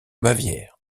bavière